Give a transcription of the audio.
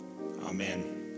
Amen